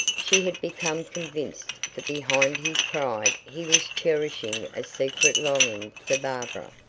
she had become convinced that behind his pride he was cherishing a secret longing for barbara.